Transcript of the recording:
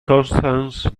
constance